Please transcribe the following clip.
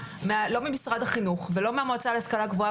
לא ממשרד החינוך ולא מהמועצה להשכלה גבוהה,